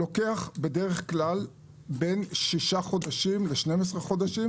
בדרך כלל לוקח בין שישה חודשים ל-13 חודשים